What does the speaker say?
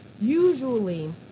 usually